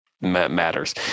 matters